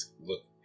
look